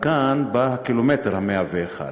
ומכאן בא הקילומטר ה-101.